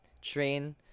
Train